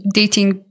dating